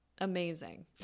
Amazing